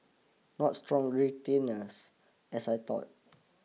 not strong retainers as I thought